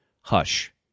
hush